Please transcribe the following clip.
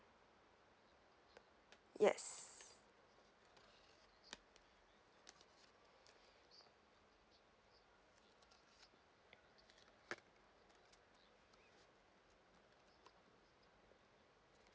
yes